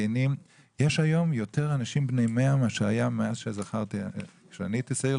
יש היום הרבה יותר אנשים בני 100 ממה שהיה כשאני הייתי צעיר,